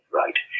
right